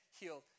healed